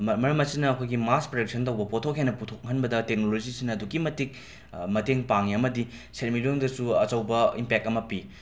ꯃ ꯃꯔꯝ ꯑꯁꯤꯅ ꯑꯩꯈꯣꯏꯒꯤ ꯃꯥꯁ ꯄ꯭ꯔꯗꯛꯁꯟ ꯇꯧꯕ ꯄꯣꯠꯊꯣꯛ ꯍꯦꯟꯅ ꯄꯨꯊꯣꯛꯍꯟꯕꯗ ꯇꯦꯛꯅꯣꯂꯣꯖꯤꯁꯤꯅ ꯑꯗꯨꯛꯀꯤ ꯃꯇꯤꯛ ꯃꯇꯦꯡ ꯄꯥꯡꯉꯦ ꯑꯃꯗꯤ ꯁꯦꯃꯤꯠꯂꯣꯟꯗꯁꯨ ꯑꯆꯧꯕ ꯏꯝꯄꯦꯛ ꯑꯃ ꯄꯤ